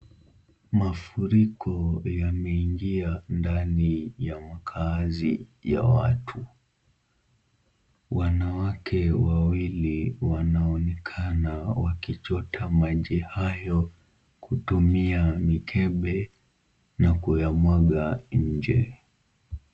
Mafuriko yameingia ndani ya mkaazi ya watu. Wanawake wawili wanaonekana wakichota maji hayo kutumia mikebe na kuyamwaga nje.